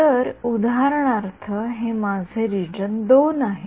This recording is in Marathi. तर उदाहरणार्थ हे माझे रिजन II आहे